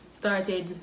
Started